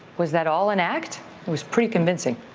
was that all an act? it was pretty convincing.